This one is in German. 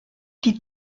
die